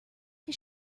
his